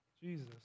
Jesus